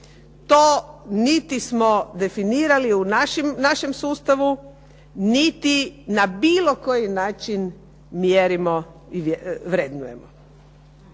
To niti smo definirali u našem sustavu, niti na bilo koji način mjerimo i vrednujemo.